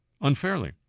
unfairly